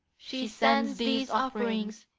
she sends these offerings,